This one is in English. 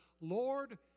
Lord